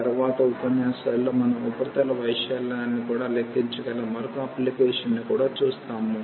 తరువాతి ఉపన్యాసాలలో మనం ఉపరితల వైశాల్యాన్ని కూడా లెక్కించగల మరొక అప్లికేషన్ను కూడా చూస్తాము